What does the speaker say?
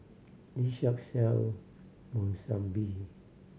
this shop sell Monsunabe